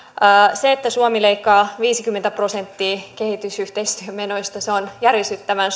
se että suomi leikkaa viisikymmentä prosenttia kehitysyhteistyömenoista on järisyttävän